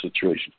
situation